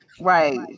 Right